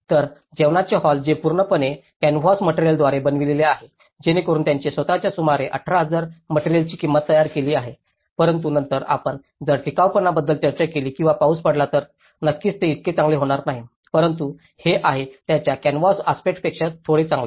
तर जेवणाचे हॉल जे पूर्णपणे कॅनव्हास मटेरियलद्वारे बनलेले आहे जेणेकरून त्याने स्वतःच सुमारे 18000 मटेरियलची किंमत तयार केली आहे परंतु नंतर आपण जर टिकाऊपणाबद्दल चर्चा केली किंवा पाऊस पडला तर नक्कीच हे इतके चांगले होणार नाही परंतु हे आहे त्याच्या कॅनव्हास आस्पेक्टसपेक्षा थोडे चांगले